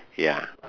ya